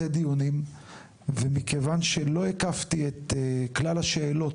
דיונים ומכיוון שלא הקפתי את כלל השאלות,